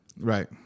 Right